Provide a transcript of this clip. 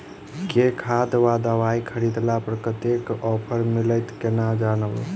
केँ खाद वा दवाई खरीदला पर कतेक केँ ऑफर मिलत केना जानब?